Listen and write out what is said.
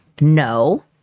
no